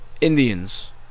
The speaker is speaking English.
Indians